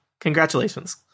Congratulations